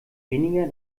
weniger